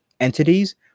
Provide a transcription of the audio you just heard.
entities